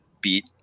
beat